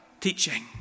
Teaching